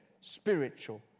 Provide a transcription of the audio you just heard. spiritual